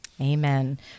Amen